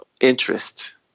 interest